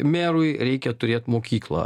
merui reikia turėt mokyklą